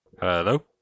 Hello